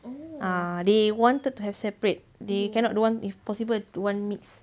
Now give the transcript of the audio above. ah they wanted to have separate they cannot do one if possible one mix